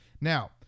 Now